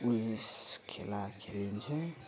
उयेस खेला खेलिन्छ